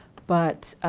but,